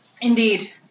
Indeed